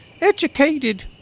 educated